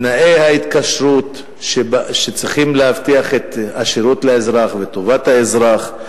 תנאי ההתקשרות שצריכים להבטיח את השירות לאזרח ואת טובת האזרח,